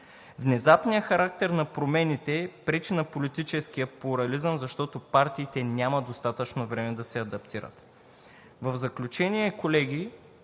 Внезапният характер на промените пречи на политическия плурализъм, защото партиите нямат достатъчно време да се адаптират. В заключение, колеги,